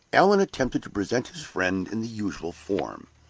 allan attempted to present his friend in the usual form.